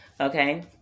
okay